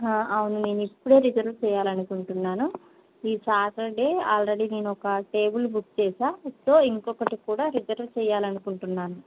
అవును నేను ఇప్పుడే రిజర్వ్ చేయ్యాలనుకుంటున్నాను ఈ సాటర్డే ఆల్రెడీ నేన ఒక టేబుల్ బుక్ చేశాను సో ఇంకొకటి కూడా రిజర్వ్ చేయాలనుకుంటున్నాను